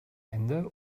ende